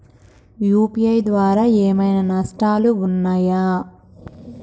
UPI ద్వారా ఏమైనా నష్టాలు ఉన్నయా?